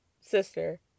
sister